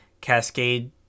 Cascade